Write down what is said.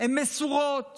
מסורות